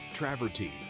Travertine